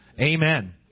Amen